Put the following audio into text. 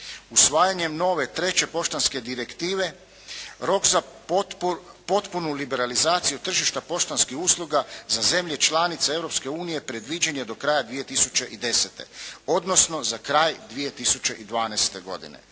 Usvajanjem nove 3. poštanske direktive, rok za potpunu liberalizaciju tržišta poštanskih usluga za zemlje članice Europske unije predviđen je do kraja 2010., odnosno za kraj 2012. godine.